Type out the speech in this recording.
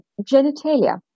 genitalia